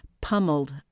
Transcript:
pummeled